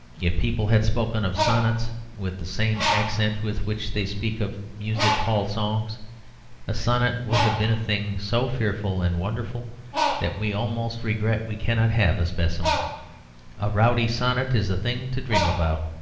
if people had spoken of sonnets with the same accent with which they speak of music-hall songs a sonnet would have been a thing so fearful and wonderful that we almost regret we cannot have a specimen a rowdy sonnet is a thing to dream about.